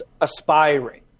aspiring